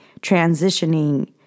transitioning